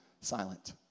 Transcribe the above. silent